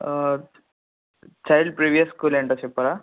child previous school ఏమిటో చెప్పరా